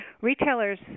Retailers